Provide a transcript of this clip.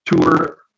tour